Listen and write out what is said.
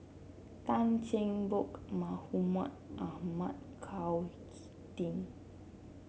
Tan Cheng Bock Mahmud Ahmad Chao HicK Tin